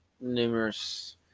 numerous